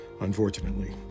Unfortunately